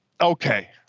Okay